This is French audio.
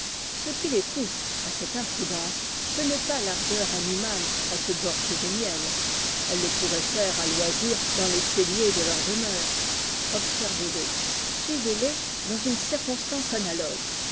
ce qui les pousse à cette imprudence ce n'est pas tardeur animale à se gorger de miel ëues le pourraient faire à loisir dans les celliers de leur demeure observez les suivez les dans une circonstance analogue